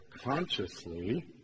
consciously